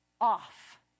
off